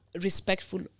respectful